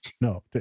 no